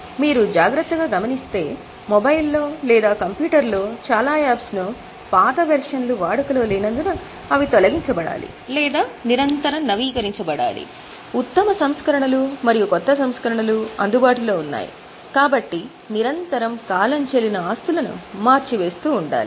మీరు జాగ్రత్తగా గమనిస్తే మొబైల్లో లేదా కంప్యూటర్లో చాలా యాప్స్ ను పాత వెర్షన్లు వాడుకలో లేనందున అవి తొలగించబడాలి లేదా నిరంతరం నవీకరించబడాలి ఉత్తమ సంస్కరణలు మరియు క్రొత్త సంస్కరణలు అందుబాటులో ఉన్నాయి కాబట్టి నిరంతరం కాలం చెల్లిన ఆస్తులను మార్చి వేస్తూ ఉండాలి